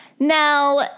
Now